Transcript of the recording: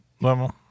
level